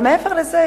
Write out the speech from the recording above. מעבר לזה,